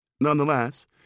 Nonetheless